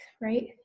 right